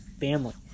family